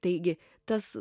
taigi tas